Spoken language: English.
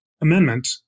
amendment